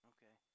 Okay